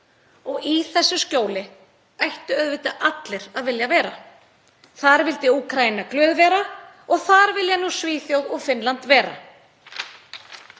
og í þessu skjóli ættu auðvitað allir að vilja vera. Þar vildi Úkraína glöð vera og þar vilja nú Svíþjóð og Finnland vera.